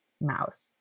mouse